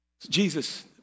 Jesus